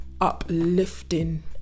Uplifting